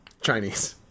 Chinese